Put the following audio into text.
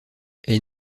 est